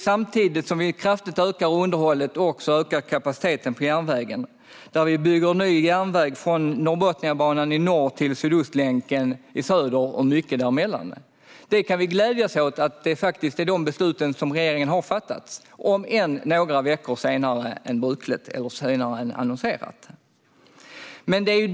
Samtidigt som vi kraftigt ökar underhållet ökar vi också kapaciteten på järnvägen. Vi bygger ny järnväg från Norrbotniabanan i norr till Sydostlänken i söder och mycket däremellan. Vi kan glädjas åt att regeringen har fattat de besluten, om än några veckor senare än annonserat.